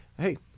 Hey